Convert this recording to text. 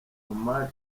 omar